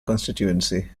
constituency